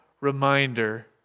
reminder